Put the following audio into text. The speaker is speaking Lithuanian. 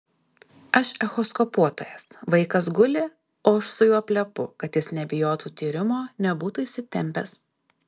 aš echoskopuotojas vaikas guli o aš su juo plepu kad jis nebijotų tyrimo nebūtų įsitempęs